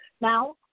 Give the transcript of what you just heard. Now